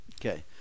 Okay